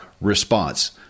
response